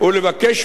לדרוש מהם,